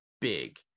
big